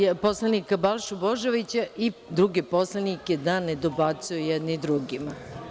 Molim i poslanika Balšu Božovića i druge poslanike da ne dobacuju jedni drugima.